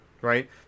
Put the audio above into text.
Right